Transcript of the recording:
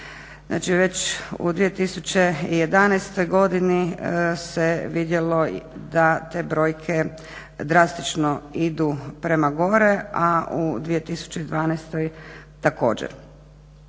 već u 2011. godini se vidjelo da te brojke drastično idu prema gore, a u 2012. također.